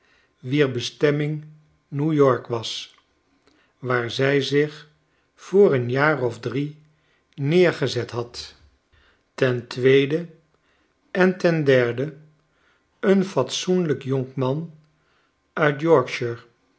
wier bestemming new-york was waar zij zich voor een jaar of drie neergezet had ten tweede en ten derde een fatsoenlijkjonkmanuit yor